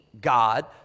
God